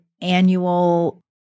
annual